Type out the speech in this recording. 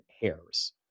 hairs